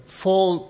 fall